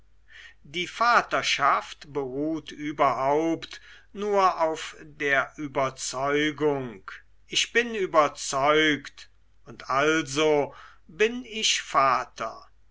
die vaterschaft beruht überhaupt nur auf der überzeugung ich bin überzeugt und also bin ich vater